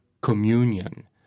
communion